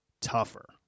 tougher